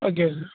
okay sir